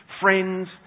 friends